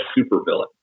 supervillain